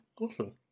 Awesome